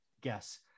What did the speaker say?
guess